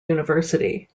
university